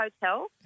hotel